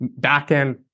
backend